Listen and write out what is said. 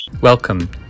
Welcome